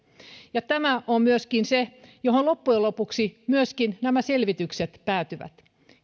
tämä on myöskin se johon loppujen lopuksi myöskin nämä selvitykset päätyvät